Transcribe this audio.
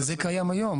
אבל זה קיים היום.